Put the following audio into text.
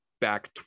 back